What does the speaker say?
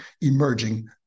emerging